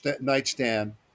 nightstand